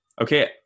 Okay